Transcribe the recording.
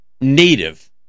native